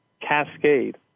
cascade